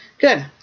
good